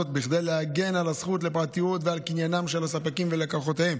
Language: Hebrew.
כדי להגן על הזכות לפרטיות ועל קניינם של הספקים ולקוחותיהם.